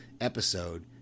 episode